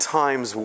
times